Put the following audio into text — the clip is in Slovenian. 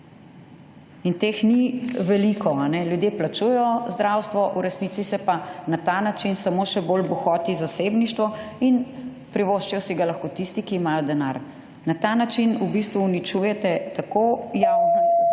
In teh ni veliko. Ljudje plačujejo zdravstvo, v resnici se pa na ta način samo še bolj bohoti zasebništvo in privoščijo si ga lahko tisti, ki imajo denar. Na ta način v bistvu uničujete tako javne / znak